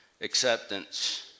acceptance